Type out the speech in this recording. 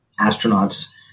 astronauts